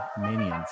minions